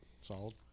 Solid